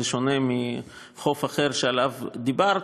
זה שונה מהחוף האחר שעליו דיברת,